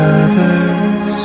others